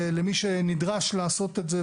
ולמי שנדרש לעשות את זה,